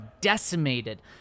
decimated